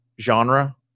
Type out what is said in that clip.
genre